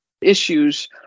issues